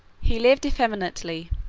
he lived effeminately,